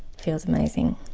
feels amazing.